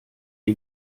die